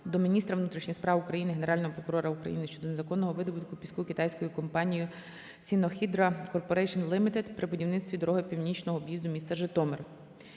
до міністра внутрішніх справ України, Генерального прокурора України щодо незаконного видобутку піску китайською компанією Sinohydra Corporation Limited при будівництві дороги північного об'їзду міста Житомир.